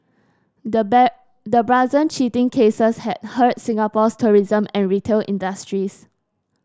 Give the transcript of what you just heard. the the brazen cheating cases had hurt Singapore's tourism and retail industries